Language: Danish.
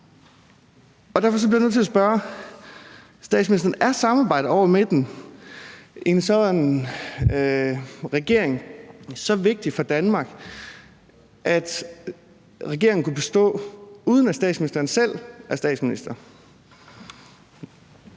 Er samarbejdet over midten i en ny regering så vigtigt for Danmark, at regeringen kunne bestå, uden at statsministeren selv var statsminister?